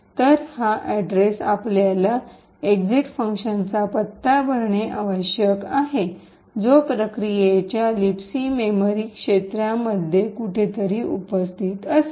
तर हा अड्रेस आपल्याला एक्झिट फंक्शनचा पत्ता भरणे आवश्यक आहे जो प्रक्रियेच्या लिबसी मेमरी क्षेत्रामध्ये कुठेतरी उपस्थित असेल